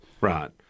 Right